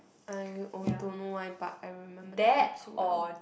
I own don't know why but I remember the crab so well